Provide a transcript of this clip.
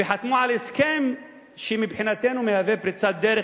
וחתמו על הסכם שמבחינתנו מהווה פריצת דרך